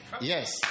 Yes